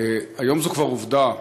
היום זו כבר עובדה,